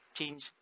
Change